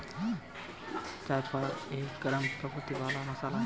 जायफल एक गरम प्रवृत्ति वाला मसाला है